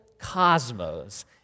cosmos